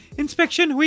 inspection